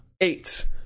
Eight